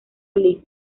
league